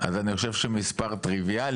אז אני חושב שמספר טריוויאלי,